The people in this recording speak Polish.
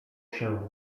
się